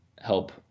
help